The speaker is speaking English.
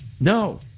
no